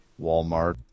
Walmart